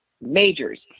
majors